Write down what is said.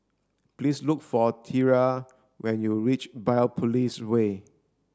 please look for Tyree when you reach Biopolis Way